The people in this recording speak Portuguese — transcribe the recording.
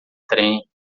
trem